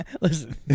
Listen